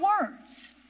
words